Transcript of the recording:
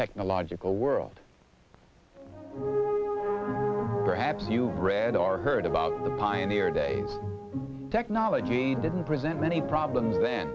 technological world perhaps you've read or heard about the pioneer day technology didn't present many problems